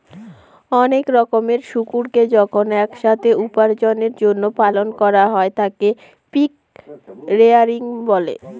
অনেক রকমের শুকুরকে যখন এক সাথে উপার্জনের জন্য পালন করা হয় তাকে পিগ রেয়ারিং বলে